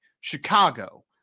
Chicago